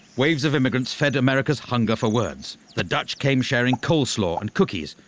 waves of immigrants fed america's hunger for words, the dutch came sharing coleslaw and cookies,